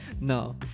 No